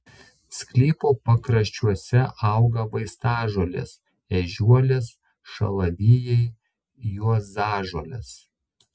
sklypo pakraščiuose auga vaistažolės ežiuolės šalavijai juozažolės